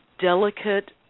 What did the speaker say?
delicate